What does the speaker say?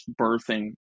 birthing